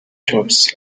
jobs